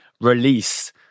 release